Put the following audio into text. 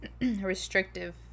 restrictive